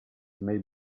may